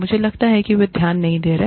मुझे लगता है वे ध्यान नहीं दे रहे हैं